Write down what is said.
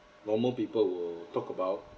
normal people will talk about